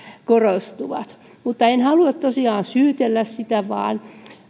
korostuvat mutta en halua tosiaan syytellä vaan